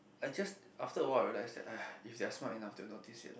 I just after a while I realized that !aiya! if they are smart enough to notice that